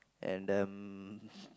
and um